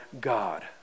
God